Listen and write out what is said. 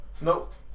Nope